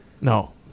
no